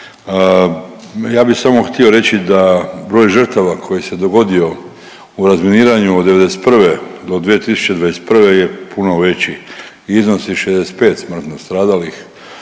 Ja bi samo htio reći da broj žrtava koji se dogodio u razminiranju od '91. do 2021. je puno veći, iznosi 65 smrtno stradalih,